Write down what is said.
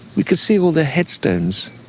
you can see all their headstones.